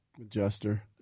Adjuster